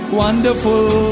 wonderful